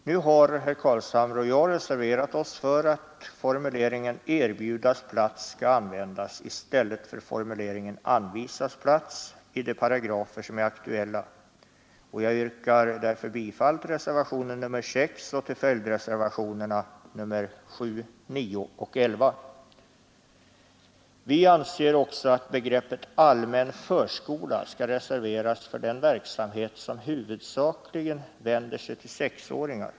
Nu har herr Carlshamre och jag reserverat oss för att formuleringen ”erbjudas plats” skall användas i stället för formuleringen ”anvisas plats” i de paragrafer som är aktuella. Jag yrkar därför bifall till reservationen 6 och till följdreservationerna 7, 9 och 11. Vi anser också att begreppet allmän förskola skall reserveras för den verksamhet som huvudsakligen vänder sig till sexåringar.